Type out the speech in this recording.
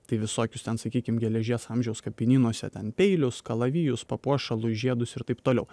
tai visokius ten sakykim geležies amžiaus kapinynuose ten peilius kalavijus papuošalus žiedus ir taip toliau